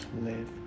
live